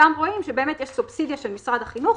שם רואים שבאמת יש סובסידיה של משרד החינוך,